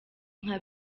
nka